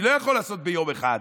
אני לא יכול לעשות ביום אחד,